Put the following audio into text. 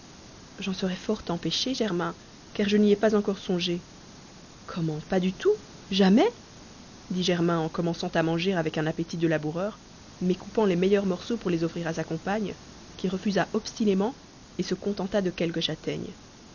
j'en serais fort empêchée germain car je n'y ai pas encore songé comment pas du tout jamais dit germain en commençant à manger avec un appétit de laboureur mais coupant les meilleurs morceaux pour les offrir à sa compagne qui refusa obstinément et se contenta de quelques châtaignes